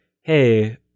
hey